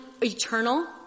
eternal